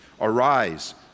Arise